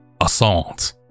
assault